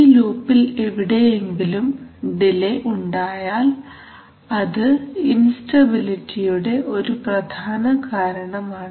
ഈ ലൂപ്പിൽ എവിടെയെങ്കിലും ഡിലെ ഉണ്ടായാൽ അത് ഇൻസ്റ്റ ബിലിറ്റിയുടെ ഒരു പ്രധാന കാരണമാണ്